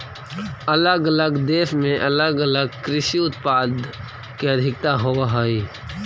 अलग अलग देश में अलग अलग कृषि उत्पाद के अधिकता होवऽ हई